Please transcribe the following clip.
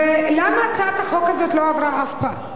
למה הצעת החוק הזאת לא עברה אף פעם?